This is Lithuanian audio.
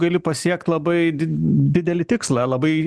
gali pasiekt labai di didelį tikslą labai